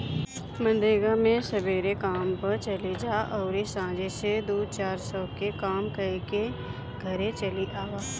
मनरेगा मे सबेरे काम पअ चली जा अउरी सांझी से दू चार सौ के काम कईके घरे चली आवअ